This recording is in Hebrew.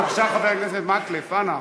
בבקשה, חבר הכנסת מקלב, אנא.